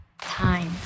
time